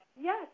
Yes